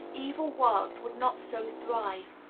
evil works would not so thrive.